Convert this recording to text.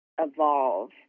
evolve